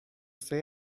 say